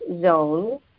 zone